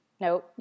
no